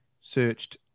searched